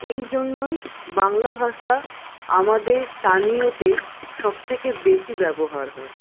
এই জন্যই বাংলা ভাষা আমাদের স্থানীয়তে সব থেকে বেশি ব্যবহার হয়